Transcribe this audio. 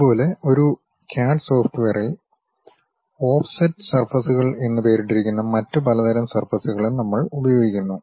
അതുപോലെ ഒരു ക്യാഡ് സോഫ്റ്റ്വെയറിൽ ഓഫ്സെറ്റ് സർഫസ്കൾ എന്ന് പേരിട്ടിരിക്കുന്ന മറ്റ് പലതരം സർഫസ്കളും നമ്മൾ ഉപയോഗിക്കുന്നു